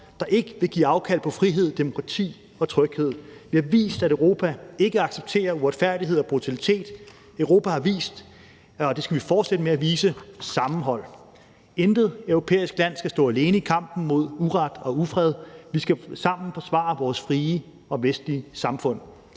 der ikke vil give afkald på frihed, demokrati og tryghed. Vi har vist, at Europa ikke accepterer uretfærdighed og brutalitet. Europa har vist – og det skal vi fortsætte med at vise – sammenhold. Intet europæisk land skal stå alene i kampen mod uret og ufred. Vi skal sammen forsvare vores frie og vestlige samfund.